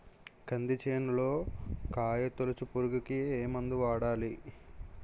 కంది చేనులో కాయతోలుచు పురుగుకి ఏ మందు వాడాలి?